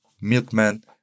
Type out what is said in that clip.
milkman